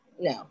No